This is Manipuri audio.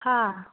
ꯍꯥ